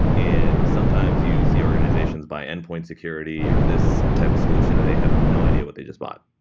and sometimes you see organizations by endpoint security or this type of solution and they have no idea what they just bought.